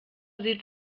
sieht